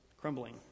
crumbling